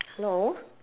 hello